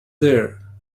there